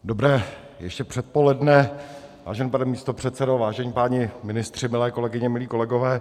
Dobré ještě před předpoledne, vážený pane místopředsedo, vážení páni ministři, milé kolegyně, milí kolegové.